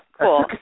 Cool